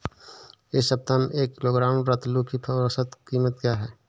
इस सप्ताह में एक किलोग्राम रतालू की औसत कीमत क्या है?